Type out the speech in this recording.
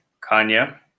Kanya